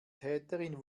täterin